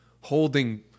holding